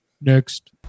Next